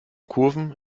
kurven